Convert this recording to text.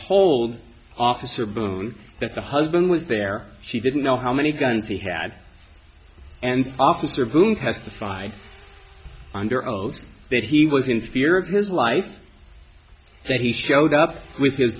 told officer boone that the husband was there she didn't know how many guns he had and officer boone testified under oath that he was in fear of his life that he showed up with his